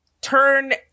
turn